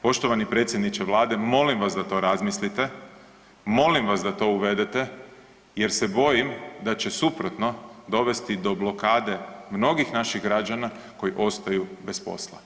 Poštovani predsjedniče vlade molim vas da to razmislite, molim vas da to uvedete jer se bojim da će suprotno dobiti do blokade mnogih naših građana koji ostaju bez posla.